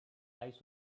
eyes